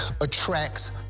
attracts